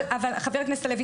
חבר הכנסת הלוי,